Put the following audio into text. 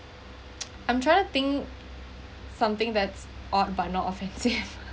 I'm trying to think something that's odd but not offensive